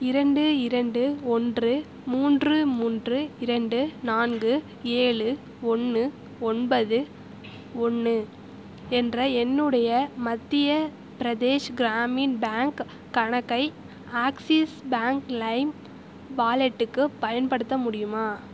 இரண்டு இரண்டு ஓன்று மூன்று மூன்று இரண்டு நான்கு ஏழு ஒன்று ஒன்பது ஒன்று என்ற என்னுடைய மத்திய பிரதேஷ் கிராமின் பேங்க் கணக்கை ஆக்ஸிஸ் பேங்க் லைம் வாலட்டுக்கு பயன்படுத்த முடியுமா